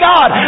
God